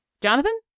Jonathan